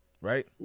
right